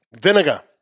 Vinegar